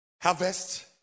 Harvest